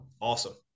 awesome